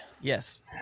Yes